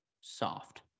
Soft